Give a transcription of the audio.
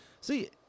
see